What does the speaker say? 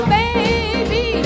baby